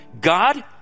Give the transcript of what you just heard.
God